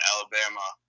Alabama